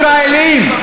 ישראלים,